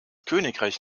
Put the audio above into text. königreich